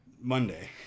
Monday